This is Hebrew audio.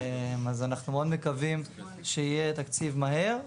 אז אנחנו מאוד מקווים שיהיה תקציב מהר,